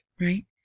right